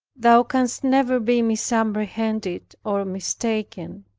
thou canst never be misapprehended or mistaken.